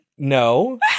No